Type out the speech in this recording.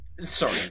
Sorry